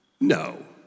No